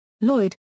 Lloyd